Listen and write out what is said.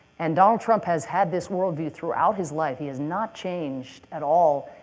and donald trump has had this worldview throughout his life. he has not changed at all.